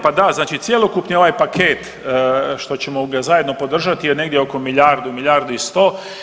Pa da, znači cjelokupni ovaj paket što ćemo ga zajedno podržati je negdje oko milijardu, milijardu i sto.